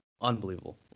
unbelievable